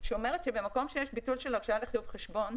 שאומרת שבמקום שיש ביטול של הרשאה לחיוב חשבון,